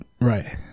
Right